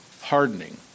hardening